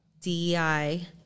dei